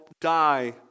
die